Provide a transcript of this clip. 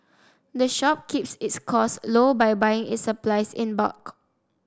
the shop keeps its costs low by buying its supplies in bulk